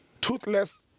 toothless